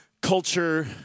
culture